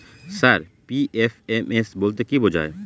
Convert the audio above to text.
Sir PFMS বলতে কি বোঝায়?